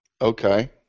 Okay